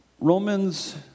Romans